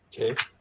Okay